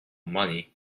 money